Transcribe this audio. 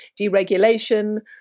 deregulation